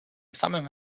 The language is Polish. samym